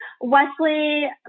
wesley